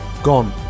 gone